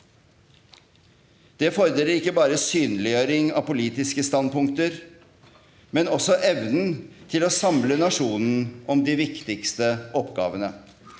Det fordrer ikke bare synliggjøring av politiske standpunkter, men også evne til å samle nasjonen om de viktigste oppgavene.